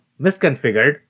misconfigured